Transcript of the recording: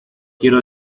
quiero